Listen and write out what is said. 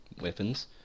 weapons